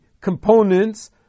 components